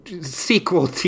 sequel